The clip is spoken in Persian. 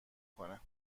کنه